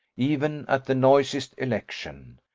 even at the noisiest election.